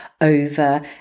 over